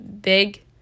big